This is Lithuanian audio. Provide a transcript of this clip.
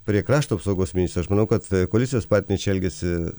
prie krašto apsaugos ministro aš manau kad koalicijos partniai čia elgiasi